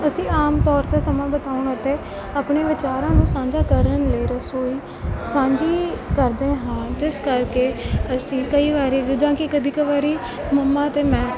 ਅਸੀਂ ਆਮ ਤੌਰ 'ਤੇ ਸਮਾਂ ਬਚਾਉਣ ਅਤੇ ਆਪਣੇ ਵਿਚਾਰਾਂ ਨੂੰ ਸਾਂਝਾ ਕਰਨ ਲਈ ਰਸੋਈ ਸਾਂਝੀ ਕਰਦੇ ਹਾਂ ਜਿਸ ਕਰਕੇ ਅਸੀਂ ਕਈ ਵਾਰੀ ਜਿੱਦਾਂ ਕਿ ਕਦੀ ਕ ਵਾਰੀ ਮੰਮਾ ਅਤੇ ਮੈਂ